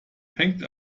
hängt